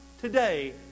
today